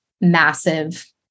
massive